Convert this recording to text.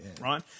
Right